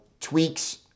tweaks